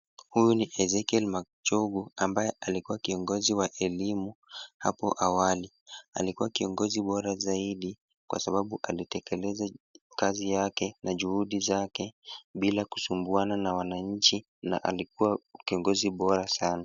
Huyu ni Ezekiel Machogu ambaye alikuwa kiongozi wa elimu, hapo awali, alikuwa kiongozi bora zaidi kwa sababu alitekeleza kazi yake na juhudi zake bila kusumbuana na wananchi na alikuwa kiongozi bora sana.